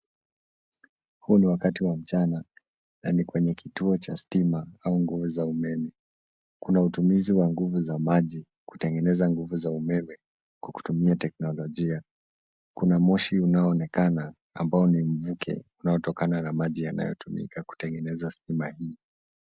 Huu ni wakati wa mchana na ni kwenye kituo cha stima au nguvu za umeme. Kuna utumizi wa nguvu za maji kutengeneza nguvu za umeme kwa kutumia teknolojia. Kuna moshi unaoonekana ambao ni mvuke unaotokana na maji yanayotumika kutengeneza stima hii.